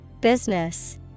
Business